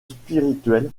spirituel